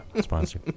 sponsor